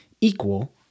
equal